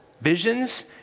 visions